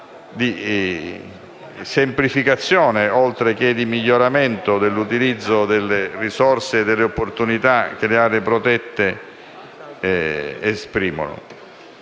di semplificazione, oltre che di miglioramento, dell’utilizzo delle risorse e delle opportunità che le aree protette esprimono.